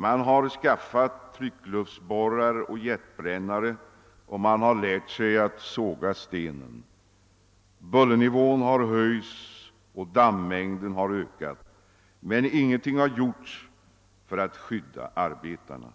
Man har skaffat tryckluftsborrar och jetbrännare och man har lärt sig att såga stenen. Bullernivån har höjts och dammängden har ökat, men ingenting har gjorts för att skydda arbetarna.